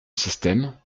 système